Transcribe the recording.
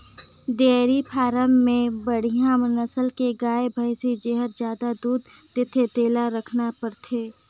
dairy farm में बड़िहा नसल के गाय, भइसी जेहर जादा दूद देथे तेला रखना परथे